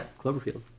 Cloverfield